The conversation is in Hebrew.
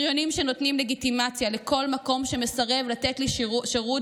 בריונים שנותנים לגיטימציה לכל מקום שמסרב לתת לי שירות